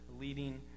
leading